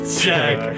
check